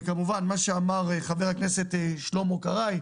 וכמובן מה שאמר חבר הכנסת שלמה קרעי,